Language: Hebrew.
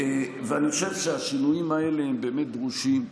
אני חושב שהשינויים האלה באמת דרושים,